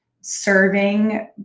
serving